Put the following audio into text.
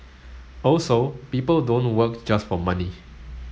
also people don't work just for money